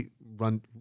run